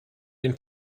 den